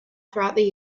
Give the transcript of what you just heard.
throughout